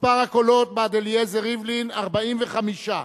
מספר הקולות בעד אליעזר ריבלין, 45,